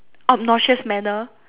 obnoxious manner